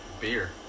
beer